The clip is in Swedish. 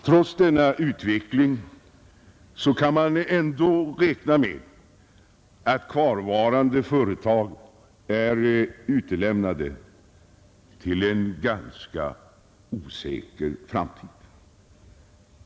Trots denna utveckling kan man räkna med att kvarvarande företag är utlämnade till en ganska osäker framtid.